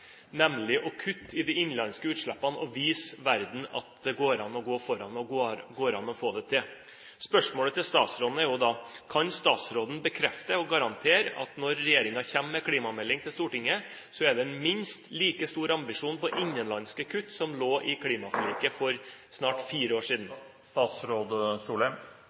nemlig å kutte i de innenlandske utslippene og vise verden at det går an å gå foran, og at det går an å få det til. Spørsmålet til statsråden er: Kan statsråden bekrefte og garantere at når regjeringen kommer med klimameldingen til Stortinget, så er det med minst like store ambisjoner for innenlandske kutt som det som lå i klimaforliket for snart fire år siden?